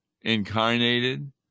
incarnated